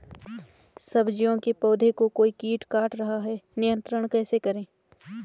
सब्जियों के पौधें को कोई कीट काट रहा है नियंत्रण कैसे करें?